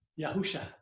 Yahusha